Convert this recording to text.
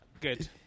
Good